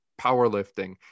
powerlifting